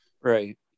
Right